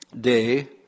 day